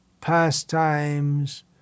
pastimes